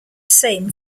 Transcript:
same